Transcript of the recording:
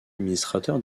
administrateur